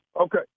Okay